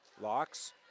Locks